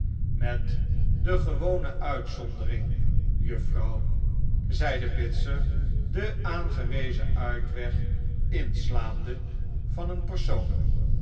met de gewone uitzondering juffrouw zeide bitzer den aangewezen uitweg inslaande van een persoon